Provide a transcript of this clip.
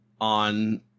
on